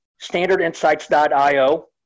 StandardInsights.io